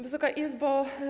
Wysoka Izbo!